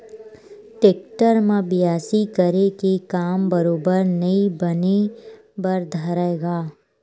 tractor म बियासी करे के काम बरोबर नइ बने बर धरय गा